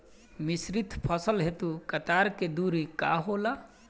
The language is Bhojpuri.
मिश्रित फसल हेतु कतार के दूरी का होला?